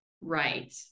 right